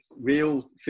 real